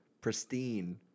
pristine